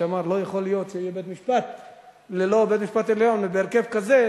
שאמר: לא יכול להיות שיהיה בית-משפט עליון בהרכב כזה,